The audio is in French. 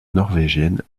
norvégienne